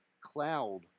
cloud